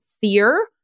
fear